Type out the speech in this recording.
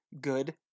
good